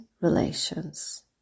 relations